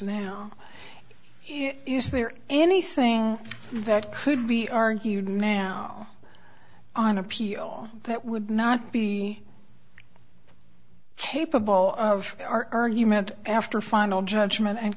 now is there anything that could be argued now on appeal that would not be capable of our argument after final judgment and